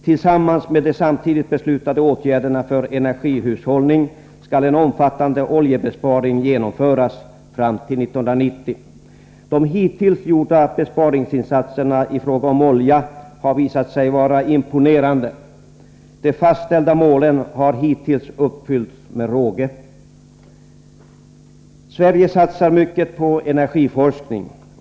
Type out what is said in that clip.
Tillsammans med de samtidigt beslutade åtgärderna för energihushållning skall en omfattande oljebesparing genomföras fram till år 1990. De hittills gjorda besparingsinsatserna i fråga om olja har visat sig vara imponerande. De fastställda målen har hittills uppfyllts med råge. Sverige satsar mycket på energiforskning.